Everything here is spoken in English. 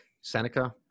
Seneca